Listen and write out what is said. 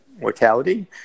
mortality